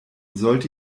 sollte